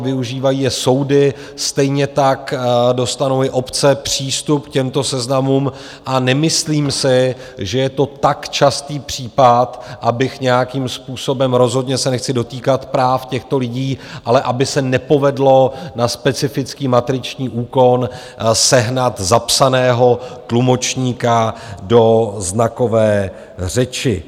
Využívají je soudy, stejně tak dostanou i obce přístup k těmto seznamům, a nemyslím si, že je to tak častý případ, abych nějakým způsobem rozhodně se nechci dotýkat práv těchto lidí ale aby se nepovedlo na specifický matriční úkon sehnat zapsaného tlumočníka do znakové řeči.